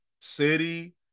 City